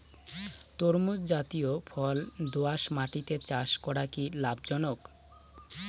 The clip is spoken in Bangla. তরমুজ জাতিয় ফল দোঁয়াশ মাটিতে চাষ করা কি লাভজনক?